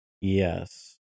Yes